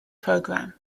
program